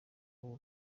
w’u